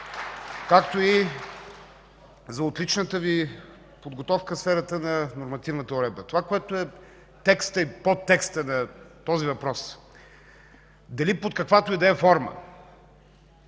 както и за отличната Ви подготовка в сферата на нормативната уредба. Това, което е текстът и подтекстът на този въпрос: дали под каквато и да е форма